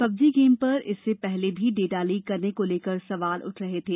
PUBG game पर इससे पहले भी डेटा लीक करने को लेकर सवाल उठ रहे थे